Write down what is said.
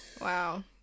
wow